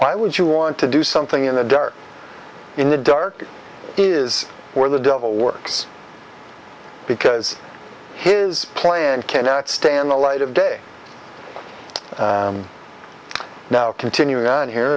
why would you want to do something in the dark in the dark is where the devil works because his plan can't stand the light of day now continuing on here